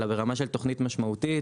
אלא ברמה של תוכנית משמעותית,